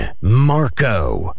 Marco